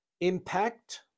impact